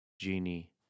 genie